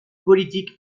politique